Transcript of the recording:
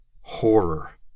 Horror